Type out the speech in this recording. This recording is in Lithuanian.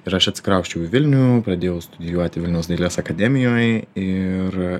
ir aš atsikrausčiau į vilnių pradėjau studijuoti vilniaus dailės akademijoj ir